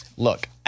Look